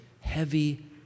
heavy